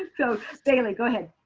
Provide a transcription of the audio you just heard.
so baylee, go ahead.